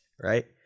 right